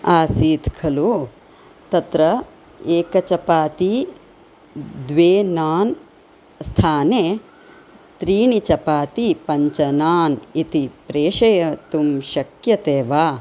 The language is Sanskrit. आसीत् खलु तत्र एक चपाति द्वे नान् स्थाने त्रीणि चपाति पञ्च नान् इति प्रेषयितुं शक्यते वा